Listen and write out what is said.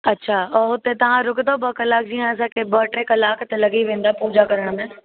अच्छा ऐं हुते तव्हां रुकदव ॿ कलाक जीअं असांखे ॿ टे कलाक त लॻी वेंदा पूजा करण में